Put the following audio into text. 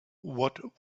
what